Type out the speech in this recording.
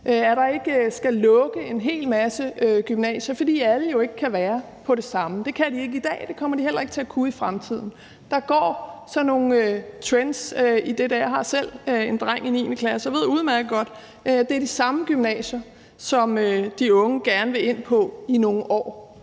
at der ikke skal lukke en hel masse gymnasier, fordi alle jo ikke kan være på det samme. Det kan de ikke i dag, og det kommer de heller ikke til at kunne i fremtiden. Der går sådan nogle trends i det der. Jeg har selv en dreng i 9. klasse, og jeg ved udmærket godt, at det i nogle år er de samme gymnasier, som de unge gerne vil ind på. De kan